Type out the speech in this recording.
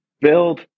build